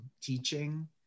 teaching